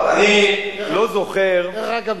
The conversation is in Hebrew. דרך אגב,